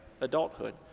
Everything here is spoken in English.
adulthood